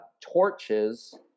torches